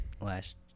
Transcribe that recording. last